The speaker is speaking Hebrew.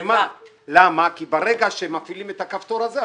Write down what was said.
כי ברגע שמפעילים את הכפתור הזה,